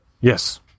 Yes